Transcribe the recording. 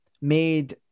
made